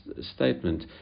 statement